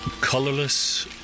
Colorless